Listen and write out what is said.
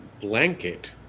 blanket